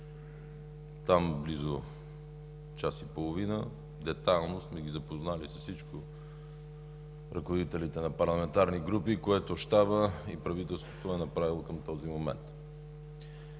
Там близо час и половина детайлно сме запознали ръководителите на парламентарните групи с всичко, което Щабът и правителството са направили към този момент.